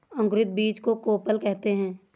अंकुरित बीज को कोपल कहते हैं